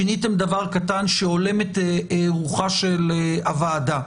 שיניתם דבר קטן שהולם את רוחה של הוועדה,